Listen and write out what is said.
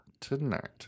tonight